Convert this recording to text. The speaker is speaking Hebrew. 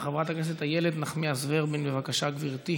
חברת הכנסת איילת נחמיאס ורבין, בבקשה, גברתי.